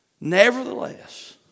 nevertheless